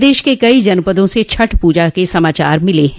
प्रदेश में कई जनपदों से छठ पूजा के समाचार है